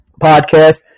podcast